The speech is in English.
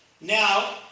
Now